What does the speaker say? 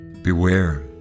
Beware